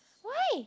why